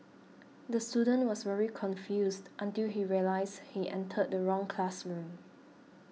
the student was very confused until he realised he entered the wrong classroom